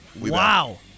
Wow